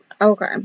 Okay